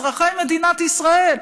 אזרחי מדינת ישראל.